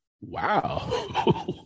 Wow